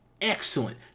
excellent